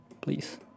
please